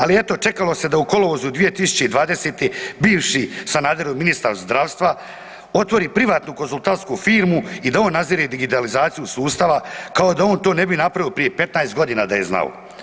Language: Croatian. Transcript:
Ali eto čekalo se da u kolovozu 2020. bivši Sanaderov ministar zdravstva otvori privatnu konzultantsku firmu i da on nadzire digitalizaciju sustava kao da on to ne bi napravio prije 15.g. da je znao.